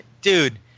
Dude